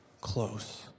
close